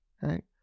right